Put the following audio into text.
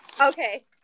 Okay